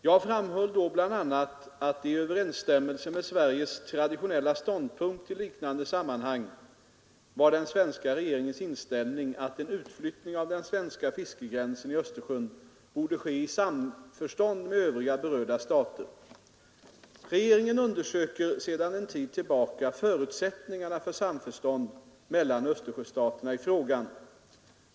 Jag framhöll då bl.a. att det i överensstämmelse med Sveriges traditionella ståndpunkt i liknande sammanhang var den svenska regeringens inställning att en utflyttning av den svenska fiskegränsen i Östersjön borde ske i samförstånd med övriga berörda stater, Regeringen undersöker sedan en tid tillbaka förutsättningarna för samförstånd mellan Östersjöstaterna i frågan.